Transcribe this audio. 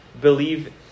believe